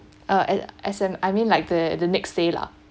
uh as as in I mean like the the next day lah